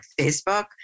Facebook